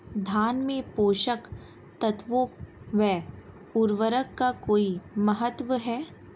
धान में पोषक तत्वों व उर्वरक का कोई महत्व है?